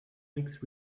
makes